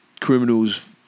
criminals